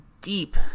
deep